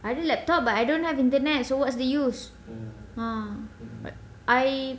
ada laptop but I don't have internet so what's the use ah but I